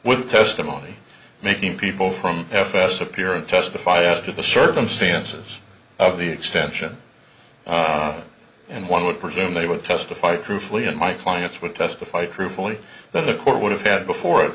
with testimony making people from fs appear and testify as to the circumstances of the extension and one would presume they would testify truthfully and my clients would testify truthfully that the court would have had before